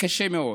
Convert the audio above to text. קשה מאוד.